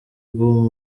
bw’u